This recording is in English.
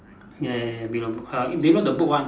ya ya ya below err below the book one